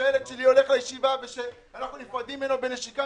וכשהילד שלי הולך לישיבה וכשאנחנו נפרדים ממנו בנשיקה,